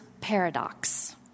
Paradox